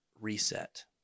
Reset